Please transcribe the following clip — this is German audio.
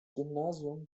gymnasium